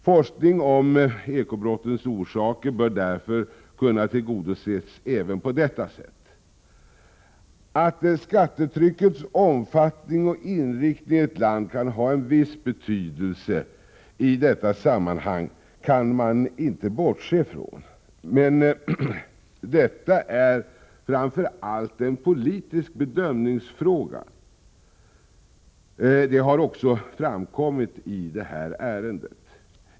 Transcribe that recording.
Forskning om eko-brottens orsaker bör därför kunna tillgodoses även på detta sätt. Att skattetryckets omfattning och inriktningi ett land kan ha en viss betydelse i detta sammanhang kan man inte bortse ifrån, men detta är framför allt en politisk bedömningsfråga. Detta har också framkommit i detta ärende.